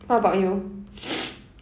what about you